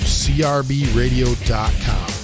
crbradio.com